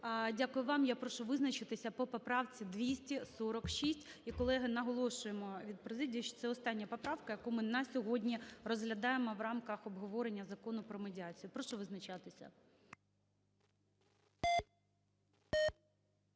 Дякую вам. Я прошу визначитися по поправці 246. І, колеги, наголошуємо від президії, що це остання поправка, яку ми на сьогодні розглядаємо в рамках обговорення Закону про медіацію. Прошу визначатися.